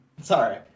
Sorry